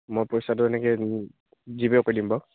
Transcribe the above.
মই পইচাটো এনেকৈ জিপে' কৰি দিম বাৰু